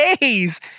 days